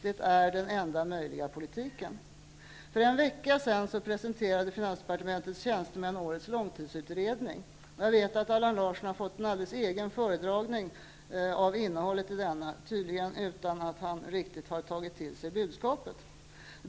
Det är den enda möjliga politiken. För en vecka sedan presenterade finansdepartementets tjänstemän årets långtidsutredning. Jag vet att Allan Larsson har fått en alldeles egen föredragning av innehållet i denna. Tydligen har han inte riktigt tagit till sig budskapet.